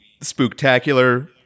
spooktacular